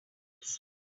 exist